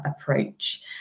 approach